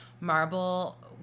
marble –